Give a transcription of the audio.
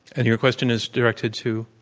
and your question is directed to?